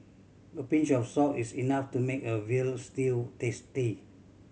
a pinch of salt is enough to make a veal stew tasty